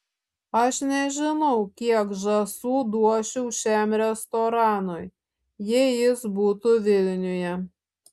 aš nežinau kiek žąsų duočiau šiam restoranui jei jis būtų vilniuje